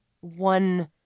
one